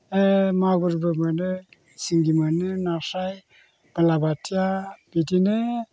मागुरबो मोनो सिंगि मोनो नास्राय बालाबाथिया बिदिनो